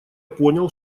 понял